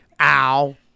ow